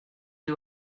you